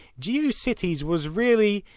geocities was really,